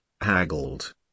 haggled